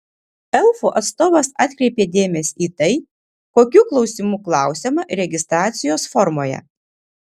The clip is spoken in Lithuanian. elfų atstovas atkreipė dėmesį į tai kokių klausimų klausiama registracijos formoje